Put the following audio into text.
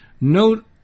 Note